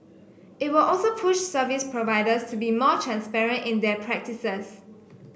it will also push service providers to be more transparent in their practices